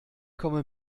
komme